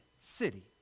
city